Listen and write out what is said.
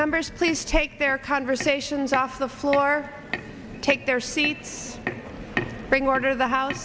members please take their conversations off the floor and take their seats and bring order the house